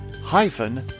hyphen